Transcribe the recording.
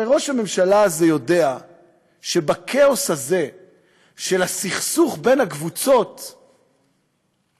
הרי ראש הממשלה הזה יודע שבכאוס הזה של הסכסוך בין הקבוצות הוא,